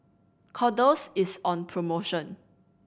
kordel's is on promotion